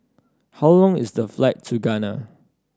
how long is the flight to Ghana